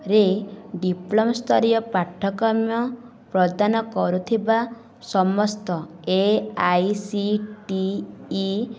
ରେ ଡିପ୍ଲୋମା ସ୍ତରୀୟ ପାଠ୍ୟକ୍ରମ ପ୍ରଦାନ କରୁଥିବା ସମସ୍ତ A I C T E